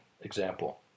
example